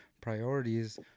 priorities